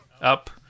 Up